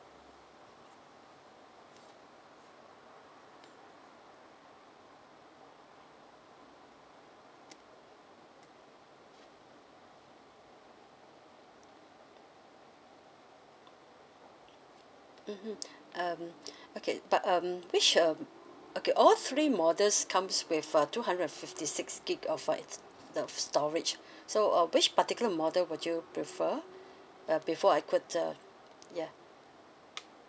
mmhmm um okay but um which um okay all three models comes with uh two hundred and fifty six gig of for the storage so uh which particular model would you prefer uh before I could uh ya